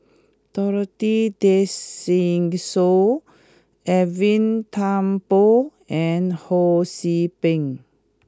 Dorothy Tessensohn Edwin Thumboo and Ho See Beng